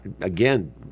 again